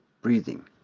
breathing